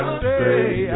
stay